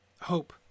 hope